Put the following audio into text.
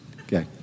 Okay